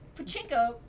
pachinko